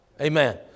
Amen